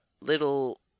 little